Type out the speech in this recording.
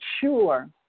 sure